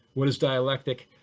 what is dialectic?